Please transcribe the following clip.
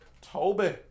Toby